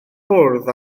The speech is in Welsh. bwrdd